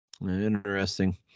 Interesting